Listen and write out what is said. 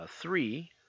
three